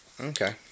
Okay